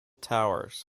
towers